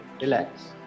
relax